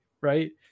right